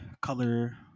color